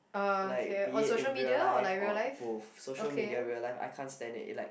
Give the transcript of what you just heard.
like be it in real life or both social media real life I can't stand it like